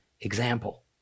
example